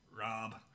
Rob